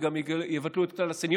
וגם יבטלו את כלל הסניוריטי.